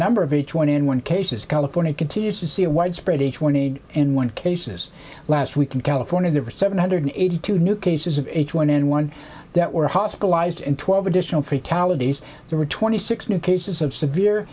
number of h one n one cases california continues to see a widespread h one aide in one cases last week in california there were seven hundred eighty two new cases of h one n one that were hospitalized and twelve additional fatalities there were twenty six new cases of severe